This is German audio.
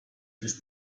ist